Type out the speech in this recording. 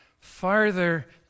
Farther